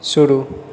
शुरू